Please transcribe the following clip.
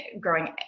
growing